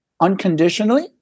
unconditionally